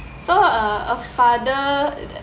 so uh a father